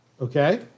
Okay